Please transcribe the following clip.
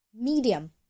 Medium